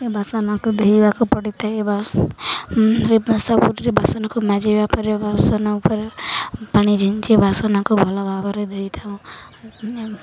ବାସନକୁ ଧୋଇବାକୁ ପଡ଼ିଥାଏ ବାସନକୁ ମାଜିବା ପରେ ବାସନ ଉପରେ ପାଣି ଛିଞ୍ଚି ବାସନକୁ ଭଲ ଭାବରେ ଧୋଇଥାଉ